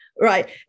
right